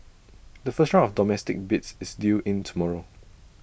the first round of domestic bids is due in tomorrow